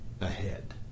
ahead